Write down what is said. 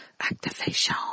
Activation